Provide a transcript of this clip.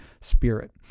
Spirit